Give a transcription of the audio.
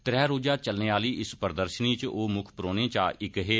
त्रै रोजा चलने आहली इस प्रदर्शनी इच ओह मुक्ख परौहने इचा इक हे